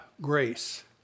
grace